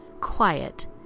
quiet